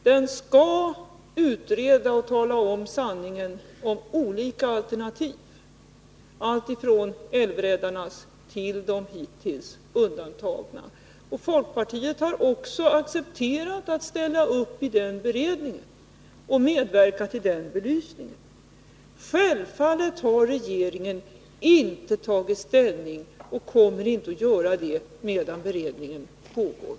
Den skall utreda och tala om sanningen om olika alternativ, alltifrån älvräddarnas till alternativet med de hittills undantagna älvarna. Folkpartiet har också accepterat att ingå i den beredningen och medverka till denna belysning. Medan beredningen pågår har regeringen självfallet inte tagit ställning, och kommer inte heller att göra det.